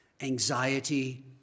anxiety